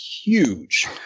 huge